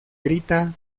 grita